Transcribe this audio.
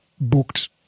booked